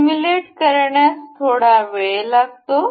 simulate करण्यास थोडा वेळ लागतो